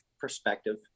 perspective